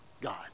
God